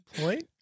point